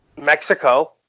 Mexico